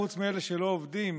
חוץ מאלה שלא עובדים,